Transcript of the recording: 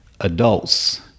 adults